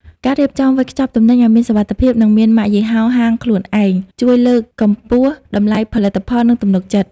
ការរៀបចំវេចខ្ចប់ទំនិញឱ្យមានសុវត្ថិភាព និងមានម៉ាកយីហោហាងខ្លួនឯង ជួយលើកកម្ពស់តម្លៃផលិតផល និងទំនុកចិត្ត។